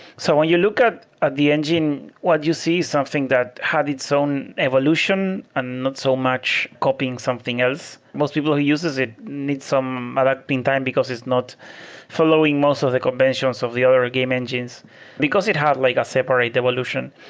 so when you look at at the engine, what you see is something that had its own evolution and not so much copying something else. most people who uses it needs some but a lot meantime because it's not following most of the conventions of the other game engines because it had like a separate evolution.